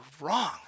wrong